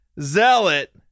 zealot